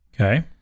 Okay